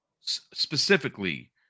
specifically